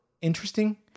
interesting